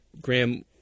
Graham